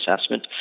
assessment